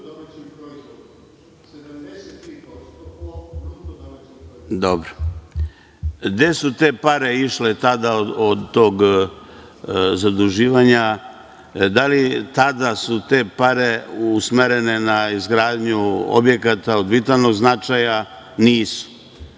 BDP.)Dobro. Gde su te pare išle tada od tog zaduživanja? Da li su tada te pare usmerene na izgradnju objekata od vitalnog značaja?